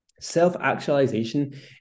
Self-actualization